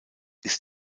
ist